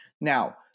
now